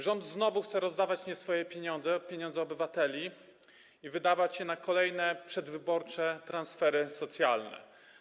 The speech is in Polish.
Rząd znowu chce rozdawać nie swoje pieniądze, pieniądze obywateli, i wydawać je na kolejne przedwyborcze transfery socjalne.